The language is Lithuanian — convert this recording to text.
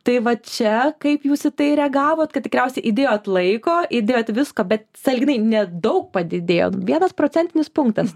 tai va čia kaip jūs į tai reagavot kad tikriausiai įdėjot laiko įdėjot visko bet sąlyginai nedaug padidėjo vienas procentinis punktas